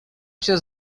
się